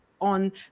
on